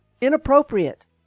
inappropriate